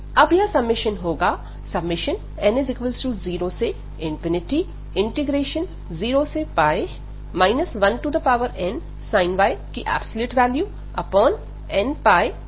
अब यह समेशन होगा n00 1nsin y nπydy